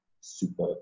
super